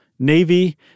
Navy